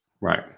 right